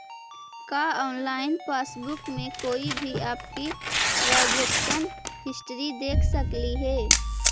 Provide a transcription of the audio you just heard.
का online passbook में कोई भी आपकी ट्रांजेक्शन हिस्ट्री देख सकली हे